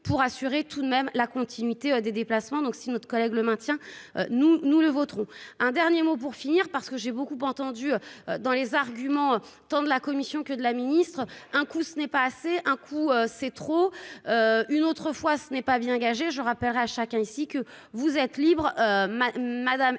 pour assurer tout de même la continuité des déplacements, donc si notre collègue le maintien, nous nous le voterons un dernier mot pour finir parce que j'ai beaucoup entendu dans les arguments tendent la commission que de la ministre : un coup, ce n'est pas assez, un coup c'est trop une autre fois, ce n'est pas bien engagée, je rappellerai à chacun, ici, que vous êtes libre, madame et